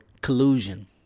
collusion